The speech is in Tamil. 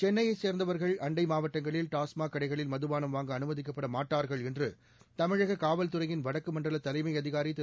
சென்னைய சேர்ந்தவர்கள் அண்டை மாவட்டங்களில் டாஸ்மாக் கடைகளில் மதுபானம் வாங்க அனுமதிக்கப்படமாட்டார்கள் என்று தமிழக காவல்துறையின் வடக்குமண்டல தலைமை அதிகாரி திரு